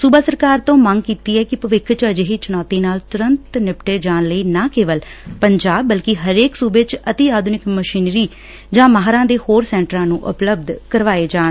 ਸੁਬਾ ਸਰਕਾਰ ਤੋਂ ਮੰਗ ਕੀਤੀ ਕਿ ਭਵਿੱਖ ਚ ਅਜਿਹੀ ਚੁਣੌਤੀ ਨਾਲ ਤੁਰੰਤ ਨਿਪਟੇ ਜਾਣ ਲਈ ਨਾ ਕੇਵਲ ਪੰਜਾਬ ਬਲਕਿ ਹਰੇਕ ਸੁਬੇ ਚ ਅਤਿ ਆਧੁਨਿਕ ਮਸ਼ੀਨਰੀ ਐਨਡੀਆਰਐਫ ਜਾਂ ਮਾਹਿਰਾਂ ਦੇ ਹੋਰ ਸੈੱਟਰਾਂ ਨੂੰ ਉਪਲਬਧ ਕਰਵਾਏ ਜਾਣ